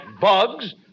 bugs